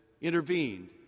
intervened